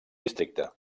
districte